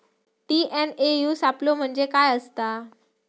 TNAU सापलो म्हणजे काय असतां?